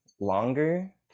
longer